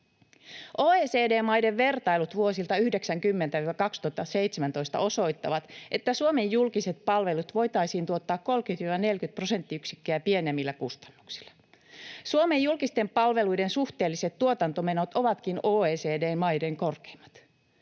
OECD-maiden vertailut vuosilta 1990—2017 osoittavat, että Suomen julkiset palvelut voitaisiin tuottaa 30—40 prosenttiyksikköä pienemmillä kustannuksilla. Suomen julkisten palveluiden suhteelliset tuotantomenot ovatkin OECD-maiden korkeimmat.